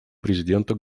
президента